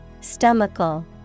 Stomachal